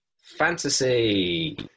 fantasy